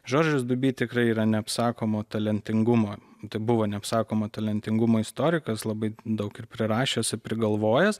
žoržas dubi tikrai yra neapsakomo talentingumo tai buvo neapsakomo talentingumo istorikas labai daug ir prirašęs ir prigalvojęs